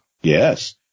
Yes